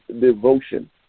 devotion